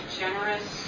generous